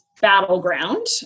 Battleground